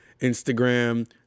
Instagram